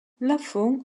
laffont